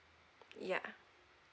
yeah